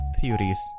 theories